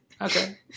Okay